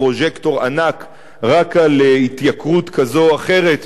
פרוז'קטור ענק רק על התייקרות כזאת או אחרת,